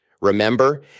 Remember